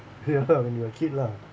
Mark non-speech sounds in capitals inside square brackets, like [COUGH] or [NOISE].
[LAUGHS] when you're a kid lah